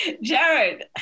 Jared